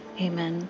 Amen